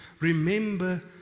Remember